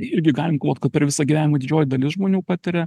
irgi galim galvot kad per visą gyvenimą didžioji dalis žmonių patiria